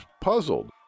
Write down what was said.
puzzled